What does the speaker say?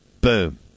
boom